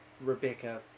Rebecca